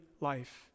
life